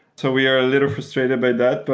so we are a little frustrated by that, but